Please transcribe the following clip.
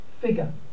figure